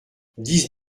dix